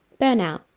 burnout